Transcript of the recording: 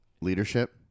leadership